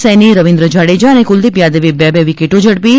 સૈની રવિન્દ્ર જાડેજા અને ક્રલદીપ યાદવે બે બે વિકેટો ઝડપી હતી